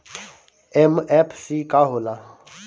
MFC का हो़ला?